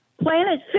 Planet